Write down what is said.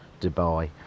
Dubai